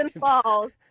falls